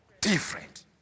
different